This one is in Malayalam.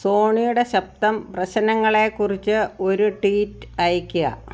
സോണിയുടെ ശബ്ദം പ്രശ്നങ്ങളെക്കുറിച്ച് ഒരു ട്വീറ്റ് അയയ്ക്കുക